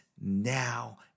now